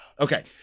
Okay